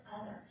others